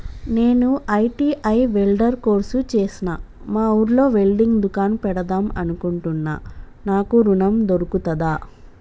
నేను ITI welder course చేశ్న మా ఊర్లో వెల్డింగ్ దుకాన్ పెడదాం అనుకుంటున్నా నాకు ఋణం దొర్కుతదా?